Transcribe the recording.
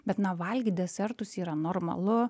bet na valgyt desertus yra normalu